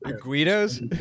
Guidos